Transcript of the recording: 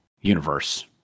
Universe